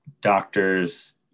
doctors